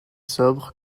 sobre